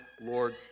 Lord